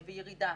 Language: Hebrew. וירידה